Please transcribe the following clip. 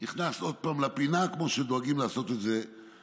נכנס עוד פעם לפינה, כמו שדואגים לעשות הרבה.